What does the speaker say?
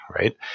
right